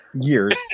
years